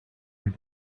had